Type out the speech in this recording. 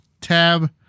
Tab